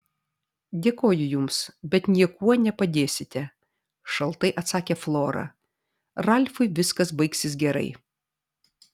dėkoju jums bet niekuo nepadėsite šaltai atsakė flora ralfui viskas baigsis gerai